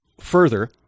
further